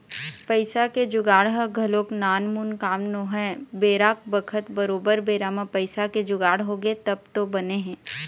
पइसा के जुगाड़ ह घलोक नानमुन काम नोहय बेरा बखत बरोबर बेरा म पइसा के जुगाड़ होगे तब तो बने हे